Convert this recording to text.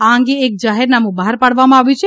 આ અંગે એક જાહેરનામું બહાર પાડવામાં આવ્યું છે